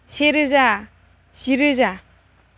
से रोजा जि रोजा